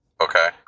Okay